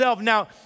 Now